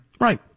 Right